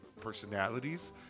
personalities